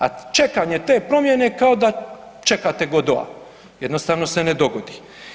A čekanje te promjene kao da čekate Godota, jednostavno se ne dogodi.